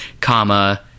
comma